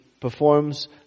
performs